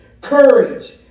Courage